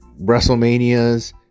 WrestleManias